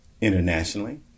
internationally